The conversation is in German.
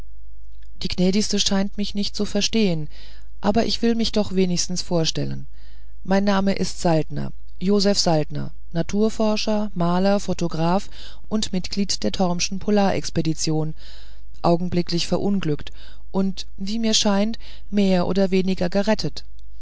die gnädige scheint mich nicht zu verstehen aber ich will mich doch wenigstens vorstellen mein name ist saltner josef saltner naturforscher maler photograph und mitglied der tormschen polarexpedition augenblicklich verunglückt und wie mir scheint mehr oder weniger gerettet